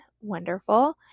wonderful